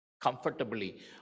comfortably